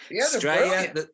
Australia